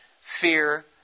fear